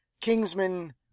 Kingsman